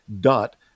dot